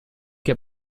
qu’à